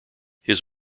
his